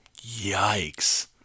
Yikes